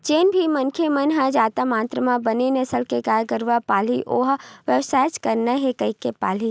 जेन भी मनखे मन ह जादा मातरा म बने नसल के गाय गरु पालही ओ ह बेवसायच करना हे कहिके पालही